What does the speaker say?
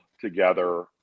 together